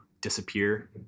disappear